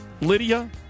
Lydia